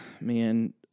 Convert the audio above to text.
Man